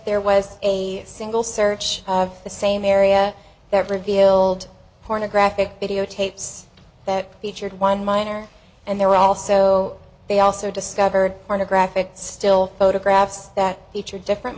there was a single search of the same area that revealed pornographic videotapes that featured one minor and there were also they also discovered pornographic still photographs that feature different